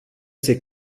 ses